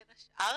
בין השאר.